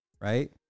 right